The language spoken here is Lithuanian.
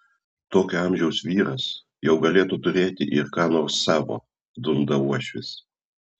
tokio amžiaus vyras jau galėtų turėti ir ką nors savo dunda uošvis